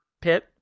pit